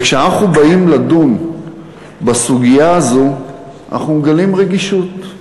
כשאנחנו באים לדון בסוגיה הזאת אנחנו מגלים רגישות,